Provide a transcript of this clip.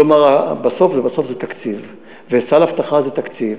כלומר, בסוף, ובסוף זה תקציב.